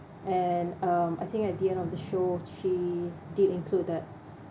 and um I think at the end of the show she did include that